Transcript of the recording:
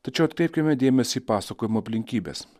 tačiau atkreipkime dėmesį į pasakojimo aplinkybes